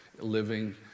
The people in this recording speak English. living